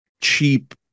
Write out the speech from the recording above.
cheap